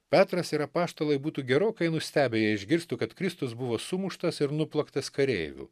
petras ir apaštalai būtų gerokai nustebę jei išgirstų kad kristus buvo sumuštas ir nuplaktas kareivių